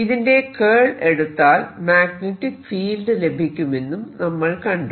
ഇതിന്റെ കേൾ എടുത്താൽ magnetic field ലഭിക്കുമെന്നും നമ്മൾ കണ്ടു